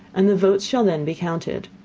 and the votes shall then be counted.